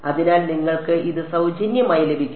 അതിനാൽ നിങ്ങൾക്ക് ഇത് സൌജന്യമായി ലഭിക്കും